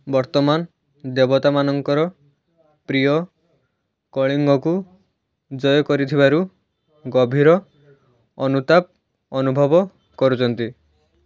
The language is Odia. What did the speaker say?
ବର୍ତ୍ତମାନ ଦେବତା ମାନଙ୍କର ପ୍ରିୟ କଳିଙ୍ଗକୁ ଜୟ କରିଥିବାରୁ ଗଭୀର ଅନୁତାପ ଅନୁଭବ କରୁଛନ୍ତି